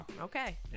okay